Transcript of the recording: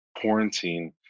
quarantine